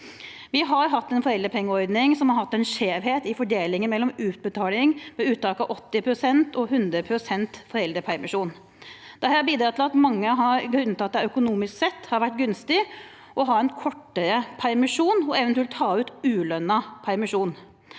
Vi har hatt en foreldrepengeordning som har hatt en skjevhet i fordelingen mellom utbetaling ved uttak av 80 pst. og 100 pst. foreldrepermisjon. Dette har bidratt til at det for mange økonomisk sett har vært gunstig å ha en kortere permisjon og eventuelt ta ut ulønnet permisjon.